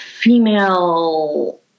female